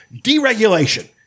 deregulation